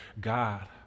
God